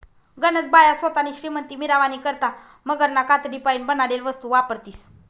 गनज बाया सोतानी श्रीमंती मिरावानी करता मगरना कातडीपाईन बनाडेल वस्तू वापरतीस